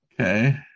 Okay